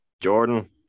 Jordan